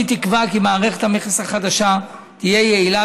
אני תקווה כי מערכת המכס החדשה תהיה יעילה